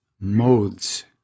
modes